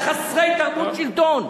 הם חסרי תרבות שלטון,